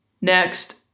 Next